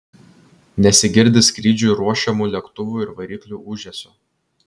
nesigirdi skrydžiui ruošiamų lėktuvų ir variklių ūžesio